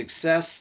success